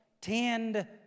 tend